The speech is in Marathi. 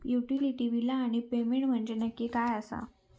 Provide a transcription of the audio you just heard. युटिलिटी बिला आणि पेमेंट म्हंजे नक्की काय आसा?